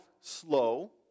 slow